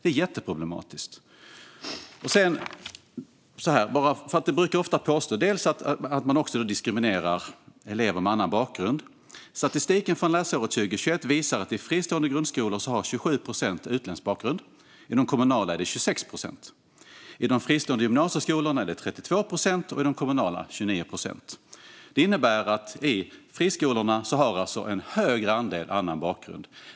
Det är jätteproblematiskt. Det brukar ofta påstås att man diskriminerar elever med annan bakgrund. Statistik från läsåret 2020/21 visar att 27 procent av eleverna i fristående grundskolor har utländsk bakgrund; i kommunala grundskolor är det 26 procent. I de fristående gymnasieskolorna är det 32 procent och i de kommunala 29 procent. Detta innebär att det i friskolorna är en större andel som har en annan bakgrund.